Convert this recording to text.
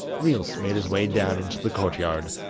niels made his way down into the courtyard,